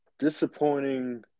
disappointing